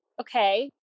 okay